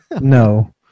No